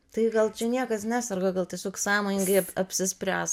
tai gal čia niekas neserga gal tiesiog sąmoningai ap apsispręs